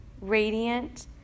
radiant